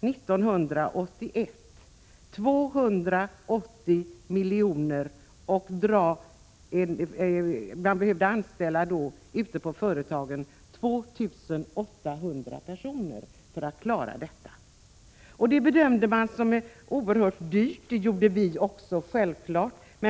1981 uppgå till 280 milj.kr. Det motsvarade lönekostnaderna för 2 800 personer ute på företagen. Man bedömde en sådan reform som oerhört dyr, och det gjorde också vi.